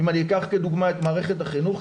אם אני אקח כדוגמה את מערכת החינוך,